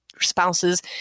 spouses